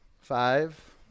Five